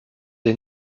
des